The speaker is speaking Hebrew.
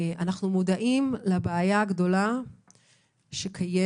אנחנו מודעים לבעיה הגדולה שקיימת,